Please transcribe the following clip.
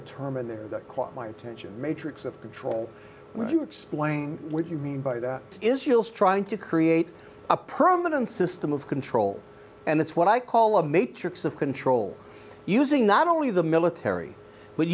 a term in there that caught my attention matrix of control would you explain what you mean by that israel's trying to create a permanent system of control and it's what i call a matrix of control using not only the military but